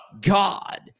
God